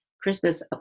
Christmas